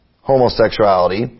homosexuality